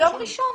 ביום ראשון.